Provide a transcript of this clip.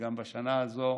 וגם בשנה הזאת: